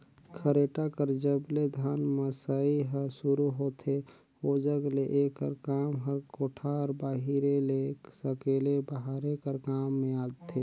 खरेटा कर जब ले धान मसई हर सुरू होथे ओजग ले एकर काम हर कोठार बाहिरे ले सकेले बहारे कर काम मे आथे